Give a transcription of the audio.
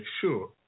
sure